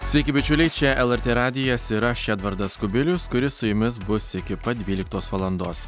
sveiki bičiuliai čia lrt radijas ir aš edvardas kubilius kuris su jumis bus iki pat dvyliktos valandos